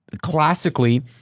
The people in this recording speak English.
classically